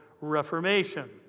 Reformation